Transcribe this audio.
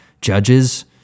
judges